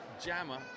jammer